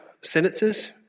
sentences